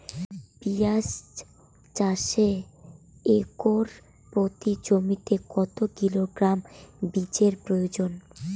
পেঁয়াজ চাষে একর প্রতি জমিতে কত কিলোগ্রাম বীজের প্রয়োজন?